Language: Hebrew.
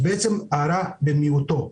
זה הרע במיעוטו.